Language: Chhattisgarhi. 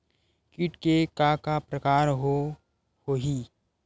कीट के का का प्रकार हो होही?